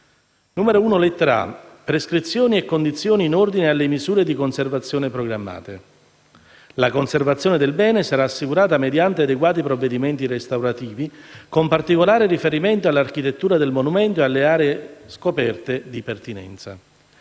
luogo, alla voce «prescrizioni e condizioni in ordine alle misure di conservazione programmate», è stabilito che la conservazione del bene sarà assicurata mediante adeguati provvedimenti restaurativi, con particolare riferimento all'architettura del monumento e alle aree scoperte di pertinenza.